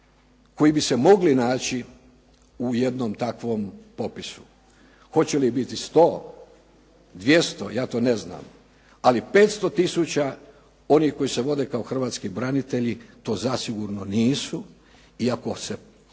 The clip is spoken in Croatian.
koji bi se mogli naći u jednom takvom popisu. Hoće li biti 100, 200 ja to ne znam. Ali 500000 onih koji se vode kao hrvatski branitelji to zasigurno nisu iako se